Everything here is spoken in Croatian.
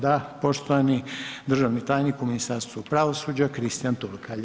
Da, poštovani državni tajnik u Ministarstvu pravosuđa Kristian Turkalj.